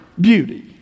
beauty